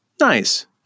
Nice